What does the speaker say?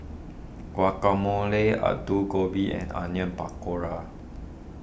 Guacamole Alu Gobi and Onion Pakora